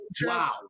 wow